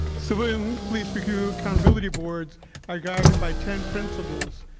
civilian police review accountability boards are guarded by ten principles